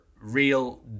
real